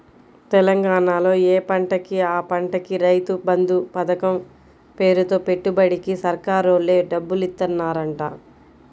తెలంగాణాలో యే పంటకి ఆ పంటకి రైతు బంధు పతకం పేరుతో పెట్టుబడికి సర్కారోల్లే డబ్బులిత్తన్నారంట